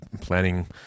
planning